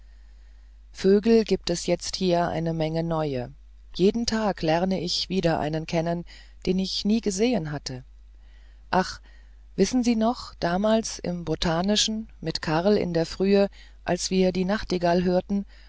vögel gibt es jetzt hier eine menge neue jeden tag lerne ich wieder einen kennen den ich nie gesehen hatte ach wissen sie noch damals im botanischen mit karl in der frühe als wir die nachtigall hörten